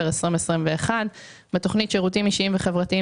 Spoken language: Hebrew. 2021. בתוכנית שירותים אישיים וחברתיים,